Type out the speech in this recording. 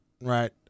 Right